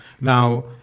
Now